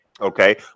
Okay